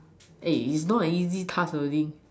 eh is not an easy task to link